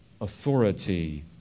authority